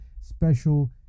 special